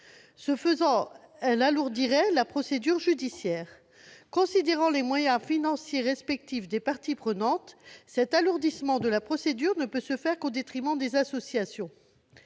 abusifs. Cela alourdirait la procédure judiciaire. Considérant les moyens financiers respectifs des parties prenantes, cet alourdissement de la procédure ne peut être qu'au détriment des associations.